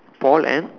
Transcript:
Paul and